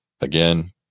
Again